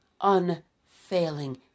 unfailing